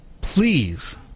please